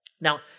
Now